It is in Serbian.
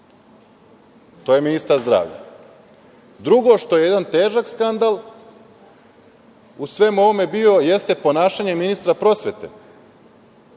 To je ministar zdravlja. Drugo što je jedan težak skandal u svemu ovome bio, jeste ponašanje ministra prosvete.